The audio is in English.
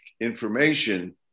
information